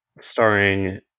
Starring